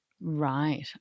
Right